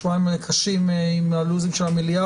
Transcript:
השבועיים האלה קשים עם הלו"ז של המליאה,